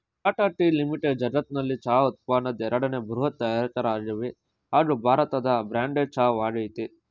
Tata tea limited ಜಗತ್ನಲ್ಲೆ ಚಹಾ ಉತ್ಪನ್ನದ್ ಎರಡನೇ ಬೃಹತ್ ತಯಾರಕರಾಗವ್ರೆ ಹಾಗೂ ಭಾರತದ ಬ್ರ್ಯಾಂಡೆಡ್ ಚಹಾ ವಾಗಯ್ತೆ